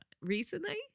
Recently